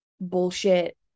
bullshit